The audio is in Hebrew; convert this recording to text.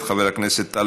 חבר הכנסת נאוה בוקר,